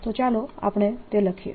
તો ચાલો આપણે તે લખીએ